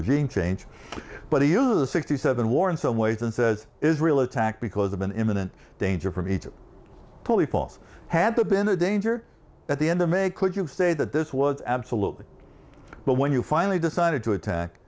regime change but he used the sixty seven war in some ways and says israel attacked because of an imminent danger from egypt probably falls had been a danger at the end of may could you say that this was absolutely but when you finally decided to attack